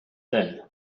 thin